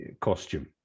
costume